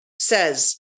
says